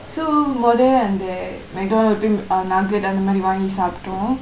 so மொத்த அந்த:motha andtha macdonald போய் அந்த:poi andtha nugget அந்த மாதிரி வாங்கி சாப்பிட்டோம்:andtha maathiri vaangki saaptom